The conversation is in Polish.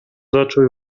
zaczął